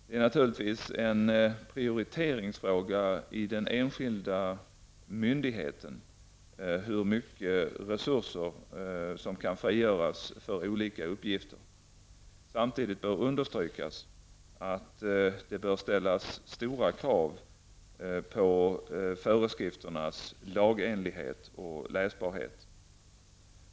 Det är naturligtvis en fråga om prioritering i den enskilda myndigheten hur mycket resurser som kan frigöras för olika uppgifter. Samtidigt bör understrykas att det bör ställas stora krav på föreskrifternas lagenlighet och läsbarhet.